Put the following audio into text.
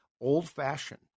Old-fashioned